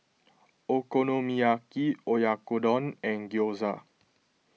Okonomiyaki Oyakodon and Gyoza